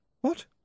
What